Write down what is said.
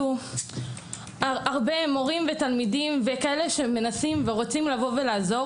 הרבה מורים ותלמידים וכאלה שמנסים ורוצים לעזור,